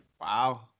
Wow